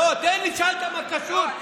לא, תן לי, שאלת מה זה קשור, לא.